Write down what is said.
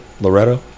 Loretto